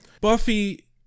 Buffy